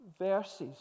verses